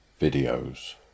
videos